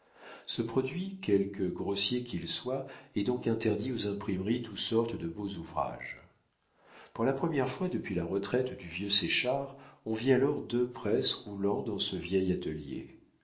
ce produit quelque grossier qu'il soit est donc interdit aux imprimeries d'où sortent de beaux ouvrages pour la première fois depuis la retraite du vieux séchard on vit alors deux presses roulant dans ce vieil atelier